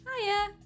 hiya